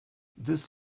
this